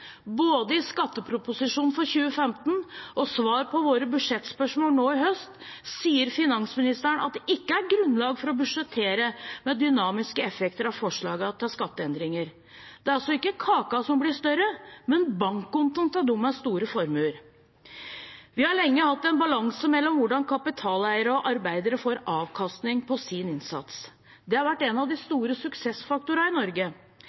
Både i skatteproposisjonen for 2015 og i svar på våre budsjettspørsmål nå i høst sier finansministeren at det ikke er grunnlag for å budsjettere med dynamiske effekter av forslagene til skatteendringer. Det er altså ikke kaka som blir større, men bankkontoen til dem med store formuer. Vi har lenge hatt en balanse mellom hvordan kapitaleiere og arbeidere får avkastning på sin innsats. Det har vært en av de store suksessfaktorene i Norge.